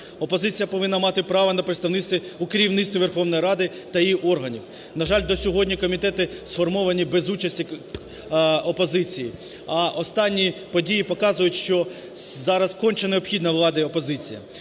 Опозиція повинна мати право на представництво у керівництві Верховної Ради та її органів. На жаль, до сьогодні комітети сформовані без участі опозиції. А останні події показують, що зараз конче необхідна владі опозиція.